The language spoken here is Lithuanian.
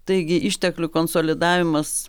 taigi išteklių konsolidavimas